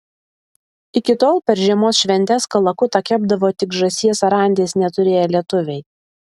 iki tol per žiemos šventes kalakutą kepdavo tik žąsies ar anties neturėję lietuviai